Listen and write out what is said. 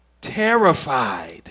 Terrified